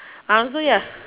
I also ya